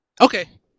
Okay